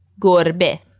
gorbe